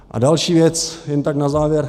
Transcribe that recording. A další věc jen tak na závěr.